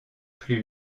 plus